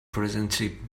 presently